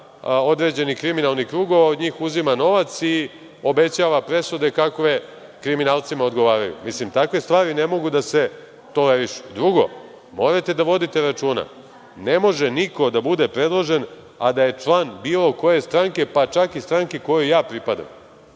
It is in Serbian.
određenih kriminalnih krugova, od njih uzima novac i obećava presude kakve kriminalcima odgovaraju. Takve stvari ne mogu da se tolerišu. Drugo, morate da vodite računa, ne može niko da bude predložen, a da je član bilo koje stranke, pa čak i stranke kojoj ja pripadam,